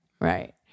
Right